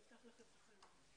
(הישיבה נפסקה בשעה 09:23 ונתחדשה בשעה 09:32.) אני פותח את הישיבה.